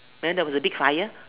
and then there was a big fire